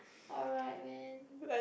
alright man